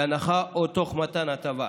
בהנחה או תוך מתן הטבה.